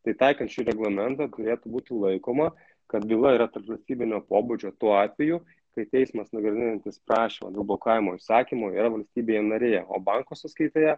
tai taikant šį reglamentą turėtų būti laikoma kad byla yra tarpvalstybinio pobūdžio tuo atveju kai teismas nagrinėjantis prašymą dėl blokavimo įsakymo yra valstybėje narėje o banko sąskaitoje